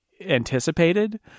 anticipated